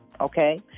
okay